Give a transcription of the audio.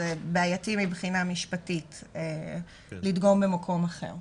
זה בעייתי מבחינה משפטית לדגום במקום אחר.